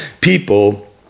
people